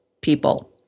people